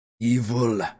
evil